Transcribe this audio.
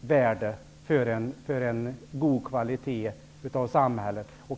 värde för en god kvalitet i samhället.